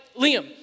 Liam